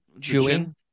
Chewing